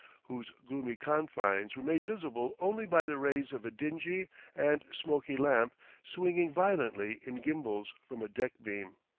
whose gloomy confines were made visible only by the rays of a dingy and smoky lamp swinging violently in gimbals from a deck-beam.